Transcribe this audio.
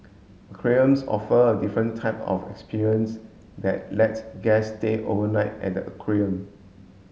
aquariums offer a different type of experience that lets guests stay overnight at the aquarium